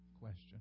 question